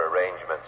arrangements